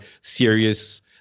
serious